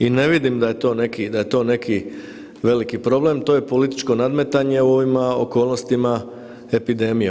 I ne vidim da je to neki veliki problem, to je političko nadmetanje u ovim okolnostima epidemije.